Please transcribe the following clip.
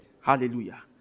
hallelujah